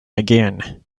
again